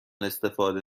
استفاده